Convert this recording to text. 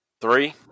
Three